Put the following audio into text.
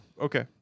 Okay